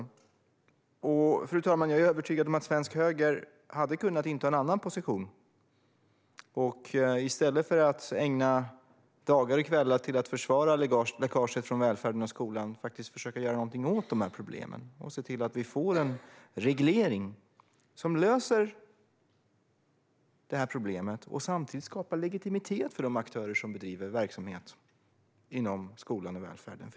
Fru talman! Jag är övertygad om att svensk höger hade kunnat inta en annan position. I stället för att ägna dagar och kvällar åt att försvara läckaget från välfärden och skolan hade man kunnat försöka göra någonting åt dessa problem. Man hade kunnat se till att vi får en reglering som löser problemen och som samtidigt skapar legitimitet för de aktörer som bedriver verksamhet inom skolan och välfärden.